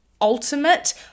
ultimate